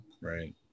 Right